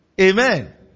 Amen